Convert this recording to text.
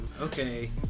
Okay